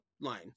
line